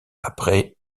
après